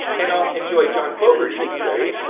and i'll enjoy john fogerty, right?